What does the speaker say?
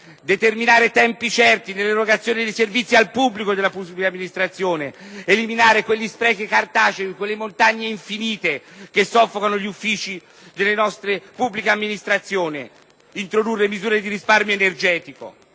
determinare tempi certi nell'erogazione dei servizi al pubblico della pubblica amministrazione; eliminare quegli sprechi cartacei, quelle montagne infinite di carte che soffocano gli uffici della nostra pubblica amministrazione; introdurre misure di risparmio energetico;